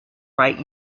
bright